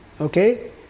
Okay